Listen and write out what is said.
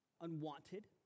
unwanted